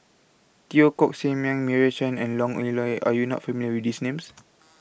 Teo Koh Sock Miang Meira Chand and Are YOU not familiar with These Names